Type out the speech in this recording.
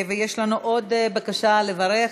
ויש לנו עוד בקשה לברך,